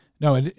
No